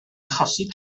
achosi